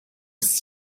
was